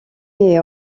est